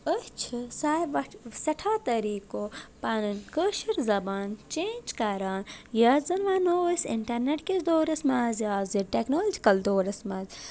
أسۍ چھِ سایوٹھ سٮ۪ٹھاہ طٔریٖقو پنٕنۍ کٲشِر زبان چینج کران یتھ زن ونو أسۍ انٹرنیٹ کِس دورس منٛز یا زِ ٹٮ۪کنالوجکل دورس منٛز